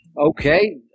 Okay